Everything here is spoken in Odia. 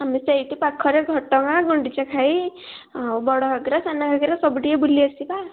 ଆମେ ସେଇଠି ପାଖରେ ଘଟଗାଁ ଗୁଣ୍ଡିଚାଘାଗୀ ଆଉ ବଡ଼ ଘାଗରା ସାନ ଘାଗରା ସବୁ ଟିକେ ବୁଲି ଆସିବା